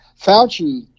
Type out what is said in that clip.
Fauci